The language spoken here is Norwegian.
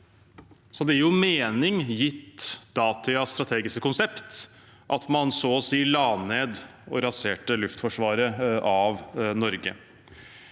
Det gir jo mening, gitt datidens strategiske konsept, at man så å si la ned og raserte luftforsvaret av Norge.